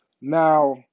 Now